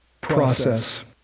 process